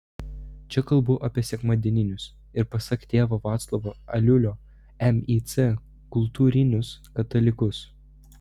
čia kalbu apie sekmadieninius ir pasak tėvo vaclovo aliulio mic kultūrinius katalikus